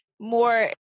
more